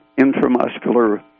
intramuscular